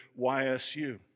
YSU